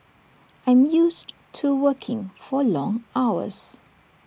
I'm used to working for long hours